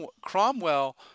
Cromwell